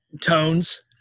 tones